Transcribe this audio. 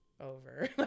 over